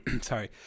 sorry